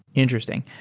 interesting.